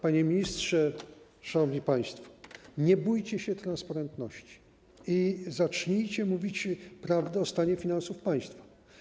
Panie ministrze, szanowni państwo, nie bójcie się transparentności i zacznijcie mówić prawdę o stanie finansów państwa.